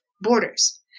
borders